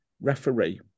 referee